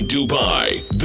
Dubai